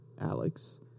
Alex